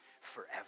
forever